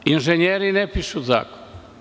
Inženjeri ne pišu zakon.